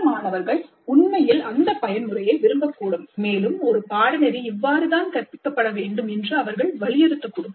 சில மாணவர்கள் உண்மையில் அந்த பயன்முறையை விரும்பக்கூடும் மேலும் ஒரு பாடநெறி இவ்வாறுதான் கற்பிக்கப்பட வேண்டும் என்று அவர்கள் வலியுறுத்தக்கூடும்